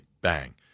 Bang